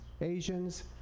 Asians